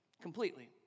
completely